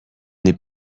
n’est